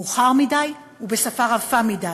מאוחר מדי ובשפה רפה מדי,